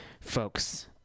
folks